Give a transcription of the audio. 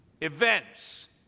events